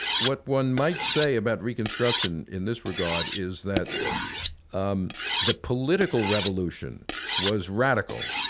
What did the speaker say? what one might say about reconstruction in this regard is that um the political revolution was radical,